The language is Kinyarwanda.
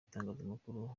itangazamakuru